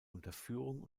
unterführung